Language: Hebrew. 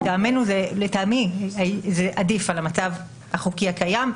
לטעמי זה עדיף על המצב החוקי הקיים.